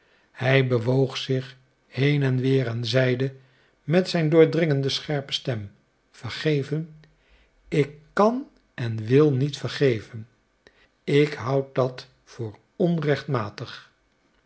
hij bewoog zich heen en weer en zeide met zijn doordringende scherpe stem vergeven ik kan en wil niet vergeven ik houd dat voor onrechtmatig